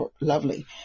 lovely